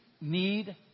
need